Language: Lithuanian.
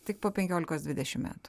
tik po penkiolikos dvidešimt metų